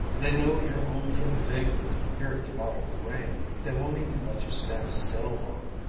they know you're only a vagrant, here to get out of the rain. they won't even let you stand still long.